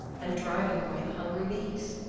and driving away the hungry bees.